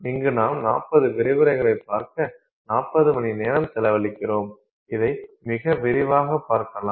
இங்கு நாம் 40 விரிவுரைகளைப் பார்க்க 40 மணிநேரம் செலவழிக்கிறோம் இதை மிக விரிவாகப் பார்க்கலாம்